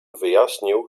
wyjaśnił